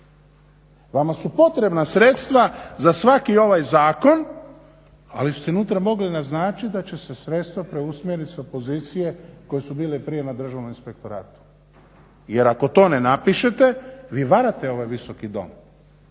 Vama su potrebna sredstva za svaki ovaj zakon ali ste unutra mogli naznačiti da će se sredstva preusmjeriti sa pozicije koje su bile …/Govornik se ne razumije./… Državnom inspektoratu. Jer ako to ne napišete vi varate ovaj Visoki dom.